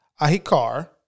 Ahikar